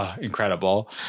Incredible